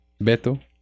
Beto